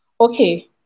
Okay